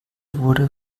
wurde